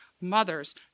mothers